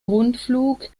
rundflug